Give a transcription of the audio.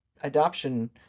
adoption